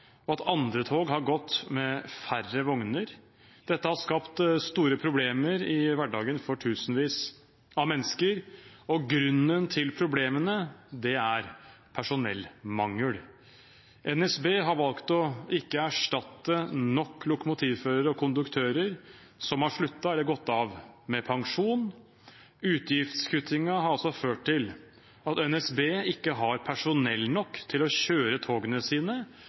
og at andre tog har gått med færre vogner. Dette har skapt store problemer i hverdagen for tusenvis av mennesker. Grunnen til problemene er personellmangel. NSB har valgt ikke å erstatte nok lokomotivførere og konduktører som har sluttet eller gått av med pensjon. Utgiftskuttingen har altså ført til at NSB ikke har personell nok til å kjøre togene sine,